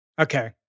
Okay